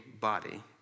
body